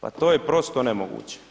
Pa to je prosto nemoguće.